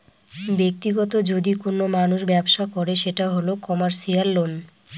ব্যাক্তিগত যদি কোনো মানুষ ব্যবসা করে সেটা হল কমার্সিয়াল লোন